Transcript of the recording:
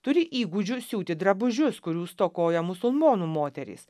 turi įgūdžių siūti drabužius kurių stokoja musulmonų moterys